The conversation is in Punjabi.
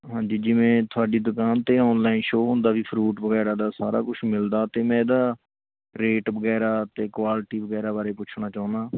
ਹਾਂਜੀ ਜਿਵੇਂ ਤੁਹਾਡੀ ਦੁਕਾਨ 'ਤੇ ਔਨਲਾਈਨ ਸ਼ੋਅ ਹੁੰਦਾ ਵੀ ਫ਼ਰੂਟ ਵਗੈਰਾ ਦਾ ਸਾਰਾ ਕੁਛ ਮਿਲਦਾ ਅਤੇ ਮੈਂ ਇਹਦਾ ਰੇਟ ਵਗੈਰਾ ਅਤੇ ਕੁਆਲੀਟੀ ਵਗੈਰਾ ਬਾਰੇ ਪੁੱਛਣਾ ਚਾਹੁੰਦਾ